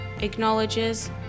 acknowledges